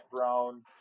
throne